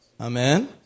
Amen